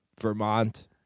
Vermont